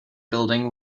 building